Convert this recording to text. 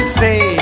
say